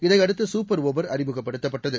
இதயைடுத்து super over அறிமுகப்படுத்தப்பட்டது